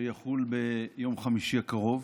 שיחול ביום חמישי הקרוב.